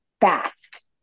fast